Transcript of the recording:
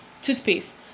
Toothpaste